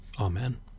Amen